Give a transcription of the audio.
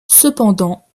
cependant